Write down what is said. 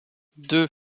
deux